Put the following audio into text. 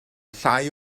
llai